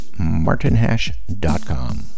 martinhash.com